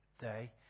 day